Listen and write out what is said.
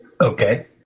Okay